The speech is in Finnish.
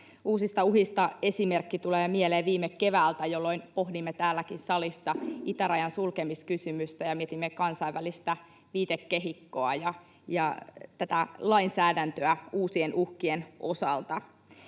Uusista uhista esimerkki tulee mieleen viime keväältä, jolloin pohdimme täälläkin salissa itärajan sulkemiskysymystä ja mietimme kansainvälistä viitekehikkoa ja tätä lainsäädäntöä uusien uhkien osalta.